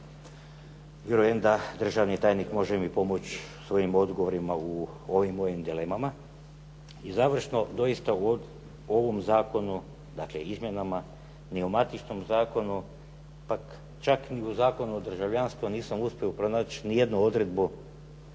Vjerujem da mi državni tajnik mi može pomoći u svojim odgovorima u ovim mojim dilemama. I završno doista u ovom zakonu, dakle u izmjenama ni u matičnom zakonu, pa čak ni Zakonu o državljanstvu nisam uspio pronać nijednu odredbu